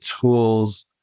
tools